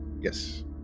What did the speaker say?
Yes